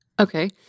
Okay